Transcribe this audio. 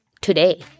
today